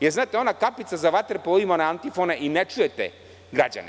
Jer, znate, ona kapica za vaterpolo ima antifone i ne čujete građane.